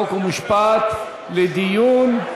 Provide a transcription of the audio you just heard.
חוק ומשפט לדיון.